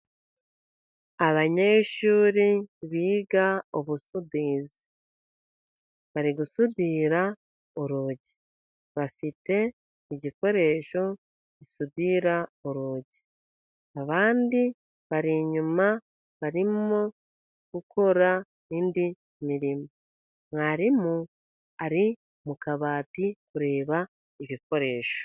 Abanyeshuri biga ubusuderi, bari gusudira urugi, bafite igikoresho gisudira urugi, abandi bari inyuma barimo gukora indi mirimo, mwarimu ari mu kabati kureba ibikoresho.